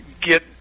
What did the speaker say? get –